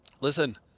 Listen